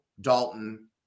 Dalton